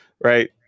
right